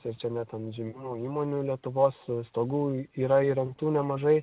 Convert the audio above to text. ir čia net ant žymių įmonių lietuvos stogų yra įrengtų nemažai